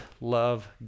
love